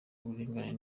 uburinganire